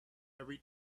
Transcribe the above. every